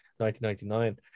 1999